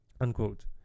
Unquote